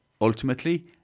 ultimately